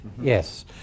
yes